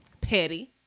Petty